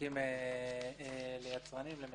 שמחלקים ליצרנים, למגדלים.